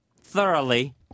thoroughly